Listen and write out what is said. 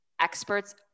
experts